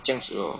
这样子 loh